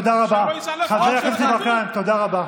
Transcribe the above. תודה רבה.